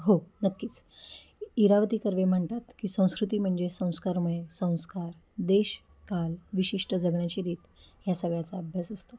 हो नक्कीच इरावती कर्वे म्हणतात की संस्कृती म्हणजे संस्कारमय संस्कार देशकाल विशिष्ट जगण्याची रीत ह्या सगळ्याचा अभ्यास असतो